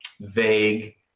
vague